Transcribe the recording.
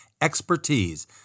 expertise